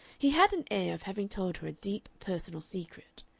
he had an air of having told her a deep, personal secret.